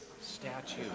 statue